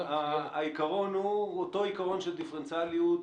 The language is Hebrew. והעיקרון הוא אותו עיקרון של דיפרנציאליות,